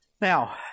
Now